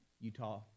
Utah